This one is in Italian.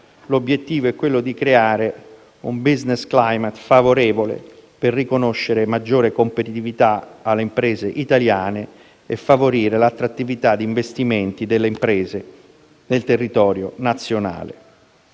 l'obiettivo è quello di creare un *business climate* favorevole per riconoscere maggiore competitività alle imprese italiane e favorire l'attrattività di investimenti delle imprese nel territorio nazionale.